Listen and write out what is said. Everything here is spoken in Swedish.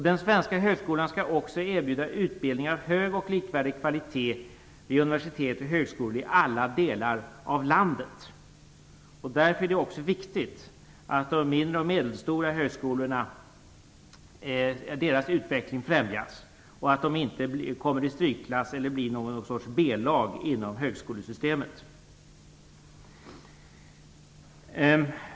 Den svenska högskolan skall också erbjuda utbildning av hög och likvärdig kvalitet vid universitet och högskolor i alla delar av landet. Därför är det också viktigt att de mindre och medelstora högskolornas utveckling främjas och att de inte kommer i styrkklass eller blir något sorts b-lag inom högskolesystemet.